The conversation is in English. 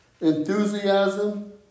enthusiasm